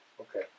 Okay